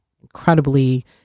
incredibly